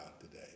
today